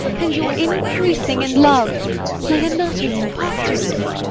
and your increasing in love leonatus posthumus